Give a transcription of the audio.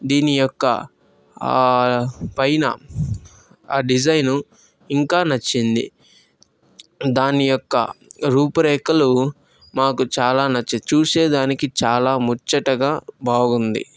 దీని యొక్క పైన ఆ డిజైన్ను ఇంకా నచ్చింది దాని యొక్క రూపురేఖలు మాకు చాలా నచ్చాయి చూసే దానికి చాలా ముచ్చటగా బాగుంది